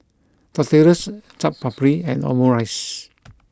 tortillas Chaat Papri and Omurice